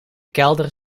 kelder